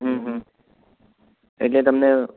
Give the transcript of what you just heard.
હમ હમ એટલે તમને